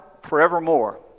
forevermore